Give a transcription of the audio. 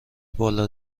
بالا